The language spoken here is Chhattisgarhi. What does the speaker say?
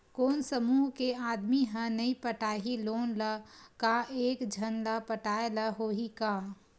कोन समूह के आदमी हा नई पटाही लोन ला का एक झन ला पटाय ला होही का?